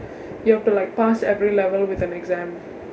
you have to like pass every level with an exam